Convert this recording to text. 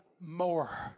more